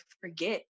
forget